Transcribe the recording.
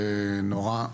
נורה,